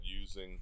using